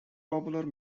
popular